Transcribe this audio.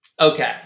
Okay